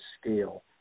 scale